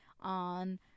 on